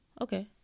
okay